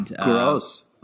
Gross